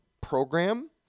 program